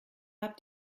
habt